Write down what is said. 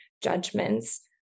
judgments